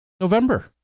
November